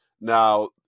Now